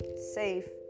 safe